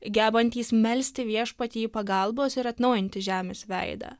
gebantys melsti viešpatį pagalbos ir atnaujinti žemės veidą